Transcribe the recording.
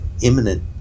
imminent